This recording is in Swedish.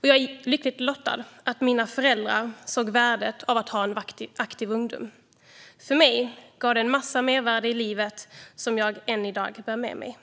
Jag var lyckligt lottad: Mina föräldrar såg värdet i att ha en aktiv ungdom. För mig gav det ett stort mervärde i livet, som jag än i dag bär med mig.